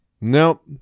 Nope